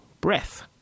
breath